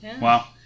Wow